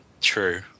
true